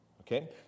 Okay